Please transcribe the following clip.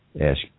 ask